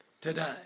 today